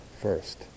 first